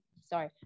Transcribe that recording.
sorry